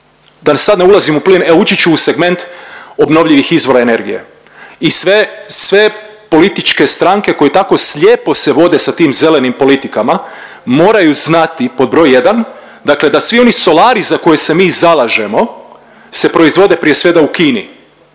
da sad ne ulazim u plin evo ući u segment obnovljivih izvora energije i sve, sve političke stranke koje tako slijepo se vode sa tim zelenim politikama moraju znati pod broj jedan dakle da svi oni solari za koje se mi zalažemo se proizvode prije svega u Kini.